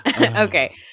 Okay